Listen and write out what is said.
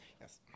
Yes